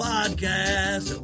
Podcast